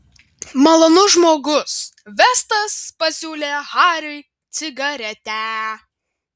malonus žmogus vestas pasiūlė hariui cigaretę